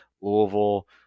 louisville